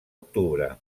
octubre